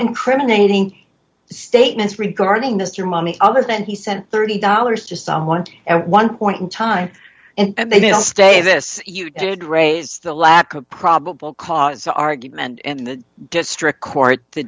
incriminating statements regarding mr money other than he said thirty dollars to someone else one point in time and they didn't stay this you did raise the lack of probable cause argument and the district court the